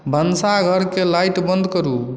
भनसा घरके लाइट बन्द करू